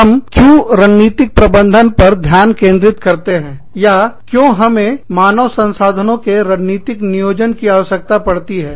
हम क्यों रणनीतिक प्रबंधन पर ध्यान केंद्रित करते हैं या क्यों हमें मानव संसाधनों के रणनीतिक नियोजन की आवश्यकता पड़ती है